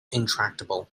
intractable